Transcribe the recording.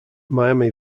miami